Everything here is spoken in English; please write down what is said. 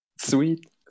Sweet